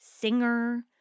Singer